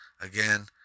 Again